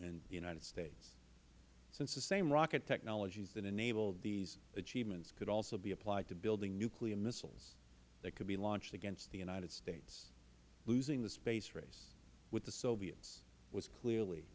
in the united states since the same rocket technologies that enabled these achievements could also be applied to building nuclear missiles that could be launched against the united states losing the space race with the soviets was clearly